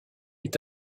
est